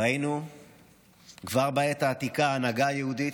ראינו כבר בעת העתיקה הנהגה יהודית: